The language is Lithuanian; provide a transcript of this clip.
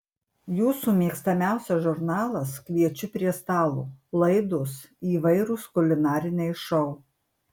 jūsų mėgstamiausias žurnalas kviečiu prie stalo laidos įvairūs kulinariniai šou